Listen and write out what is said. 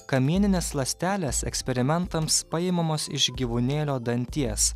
kamieninės ląstelės eksperimentams paimamos iš gyvūnėlio danties